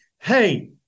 hey